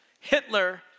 Hitler